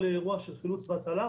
או לאירוע של חילוץ והצלה,